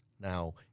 Now